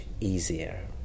easier